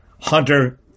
Hunter